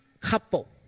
couple